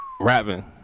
Rapping